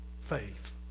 faith